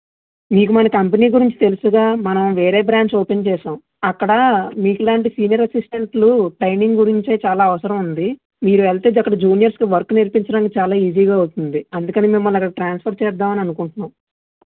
మీకు మన కంపెనీ గురించి తెలుసుగా మనం వేరే బ్రాంచ్ ఓపెన్ చేశాం అక్కడ మీకులాంటి సీనియర్ అసిస్టెంట్లు టైమింగ్ గురించి చాలా అవసరం ఉంది మీరు వెళ్తే అక్కడ జూనియర్స్ కి వర్క్ నేర్పించడానికి చాలా ఈజీ గా అవుతుంది అందుకని మిమ్మల్ని అక్కడికి ట్రాన్స్ఫర్ చేద్దామని అనుకుంటున్నాం